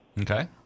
Okay